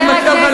תפסיק להשמיץ,